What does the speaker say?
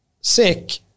sick